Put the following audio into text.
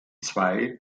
zwei